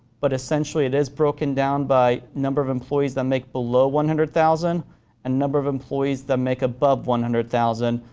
but essentially it is broken down by number of employees that make below one hundred thousand dollars and number of employees that make above one hundred thousand